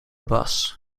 bus